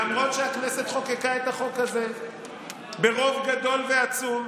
למרות שהכנסת חוקקה את החוק הזה ברוב גדול ועצום,